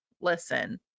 listen